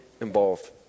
involved